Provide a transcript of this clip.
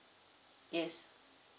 yes